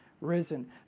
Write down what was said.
risen